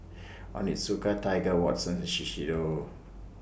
Onitsuka Tiger Watsons Shiseido